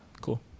cool